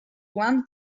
one